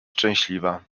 szczęśliwa